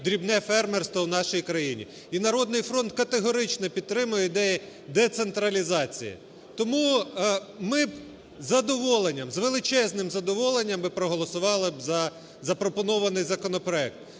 дрібне фермерство в нашій країні. І "Народний фронт" категорично підтримує ідею децентралізації. Тому ми з задоволенням, з величезним задоволенням проголосували б за запропонований законопроект.